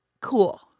Cool